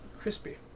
crispy